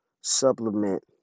supplement